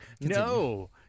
no